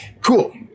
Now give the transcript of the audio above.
cool